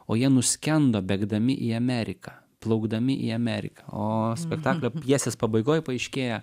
o jie nuskendo bėgdami į ameriką plaukdami į ameriką o spektaklio pjesės pabaigoj paaiškėja